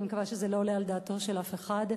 אני מקווה שזה לא עולה על דעתו של אף אחד.